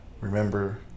remember